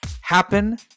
happen